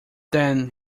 then